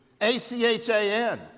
A-C-H-A-N